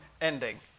ending